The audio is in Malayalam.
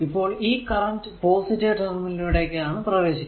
ഇപ്പോൾ ഈ കറന്റ് പോസിറ്റീവ് ടെർമിനൽ ലൂടെ യാണ് പ്രവേശിക്കുന്നത്